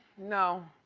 no.